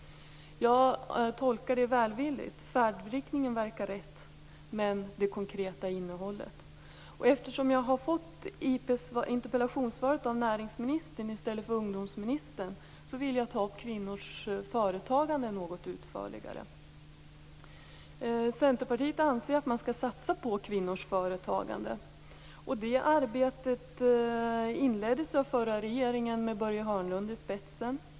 Jag tolkar detta välvilligt. Färdriktningen verkar rätt, men det konkreta innehållet saknas. Eftersom jag har fått interpellationssvaret av näringsministern i stället för av ungdomsministern vill jag något utförligare ta upp kvinnors företagande. Centerpartiet anser att man skall satsa på kvinnors företagande. Det arbetet inleddes av den förra regeringen med Börje Hörnlund i spetsen.